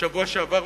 בשבוע שעבר,